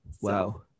Wow